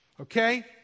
okay